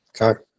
Okay